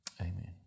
Amen